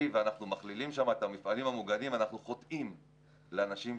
אנחנו חושבים שזו כן החלטה באמת ברמה היותר